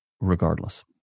regardless